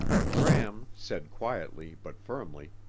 gram said quietly but firmly,